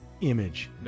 image